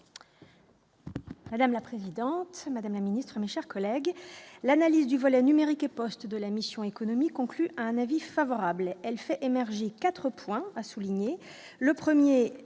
Madame la présidente, Madame la Ministre, mis, chers collègues, l'analyse du volet numérique et poste de la mission économique conclu un avis favorable, elle fait émerger 4 points, a souligné